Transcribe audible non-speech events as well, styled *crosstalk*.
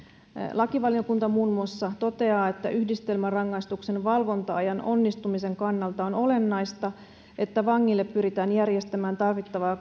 lakivaliokunta muun muassa toteaa että yhdistelmärangaistuksen valvonta ajan onnistumisen kannalta on olennaista että vangille pyritään järjestämään tarvittavaa *unintelligible*